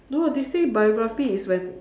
no lah they say biography is when